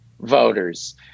voters